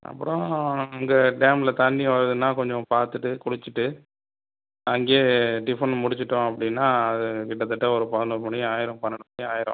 அப்புறம் அங்கே டேமில் தண்ணீர் வருதுனா கொஞ்சம் பார்த்துட்டு குளிச்சிட்டு அங்கேயே டிஃபனும் முடித்திட்டோம் அப்படினா அது கிட்டதட்ட ஒரு பதினோரு மணி ஆகிரும் பன்னெண்டு மணி ஆகிரும்